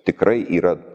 tikrai yra